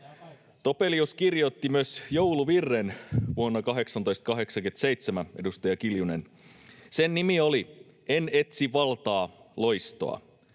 Topelius kirjoitti myös jouluvirren vuonna 1887, edustaja Kiljunen. Sen nimi oli En etsi valtaa, loistoa.